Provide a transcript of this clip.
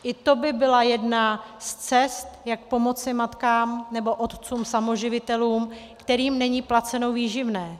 I to by byla jedna z cest, jak pomoci matkám nebo otcům samoživitelům, kterým není placeno výživné.